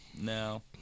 No